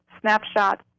snapshot